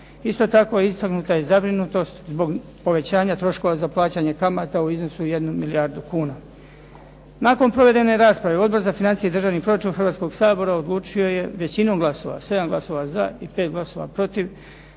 Isto tako, istaknuta je zabrinutost za povećanje troškova za plaćanje kamata u iznosu od 1 milijarde kuna. Nakon provedene rasprave Odbor za financije i državni proračun Hrvatskoga sabora odlučio je većinom glasova, 7 glasova za i 5 glasova protiv